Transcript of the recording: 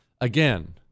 again